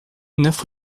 neuf